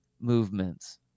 movements